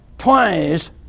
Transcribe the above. Twice